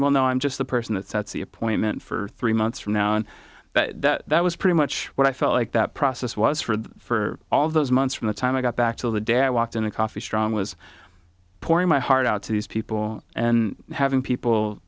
though i'm just the person that's the appointment for three months from now and that was pretty much what i felt like that process was for that for all those months from the time i got back till the day i walked in a coffee strong was pouring my heart out to these people and having people